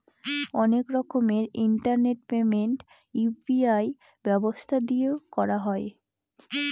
অনেক রকমের internet payment UPI ব্যবস্থা দিয়ে করা হয়